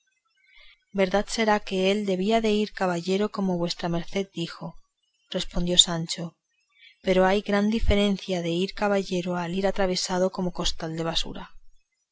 verdad será que él debía de ir caballero como vuestra merced dice respondió sancho pero hay grande diferencia del ir caballero al ir atravesado como costal de basura